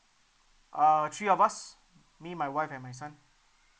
uh three of us me my wife and my son